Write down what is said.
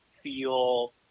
feel